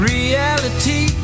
Reality